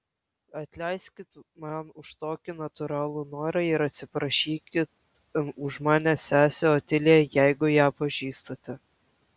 atleiskit man už tokį natūralų norą ir atsiprašykit už mane sesę otiliją jeigu ją pažįstate